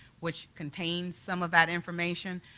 which contains some of that information,